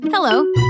Hello